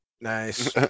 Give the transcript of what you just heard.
Nice